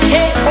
Hey